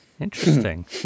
interesting